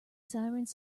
sirens